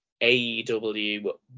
AEW